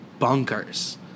bonkers